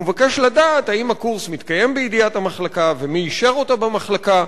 והוא מבקש לדעת אם הקורס מתקיים בידיעת המחלקה ומי אישר אותה במחלקה,